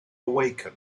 awaken